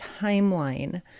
timeline